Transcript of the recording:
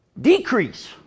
Decrease